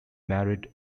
married